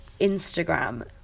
Instagram